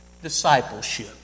discipleship